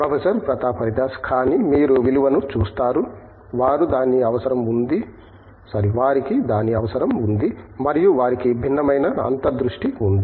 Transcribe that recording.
professor Pratap Haridas కానీ మీరు విలువను చూస్తారు వారికి దాని అవసరం ఉంది మరియు వారికి భిన్నమైన అంతర్దృష్టి ఉంది